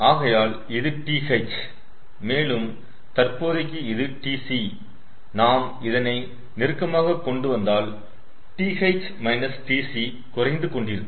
ஆகையால் இது TH மேலும் தற்போதைக்கு இது TC நாம் இதனை நெருக்கமாக கொண்டு வந்தால் TH TC குறைந்து கொண்டிருக்கும்